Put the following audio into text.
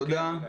תודה.